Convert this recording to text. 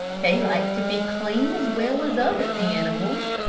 they like to be clean as well as other animals,